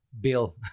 bill